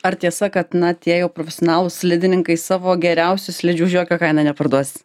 ar tiesa kad na tie jau profesionalūs slidininkai savo geriausių slidžių už jokią kainą neparduos